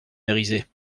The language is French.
mériset